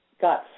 got